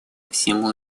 всему